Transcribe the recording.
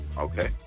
Okay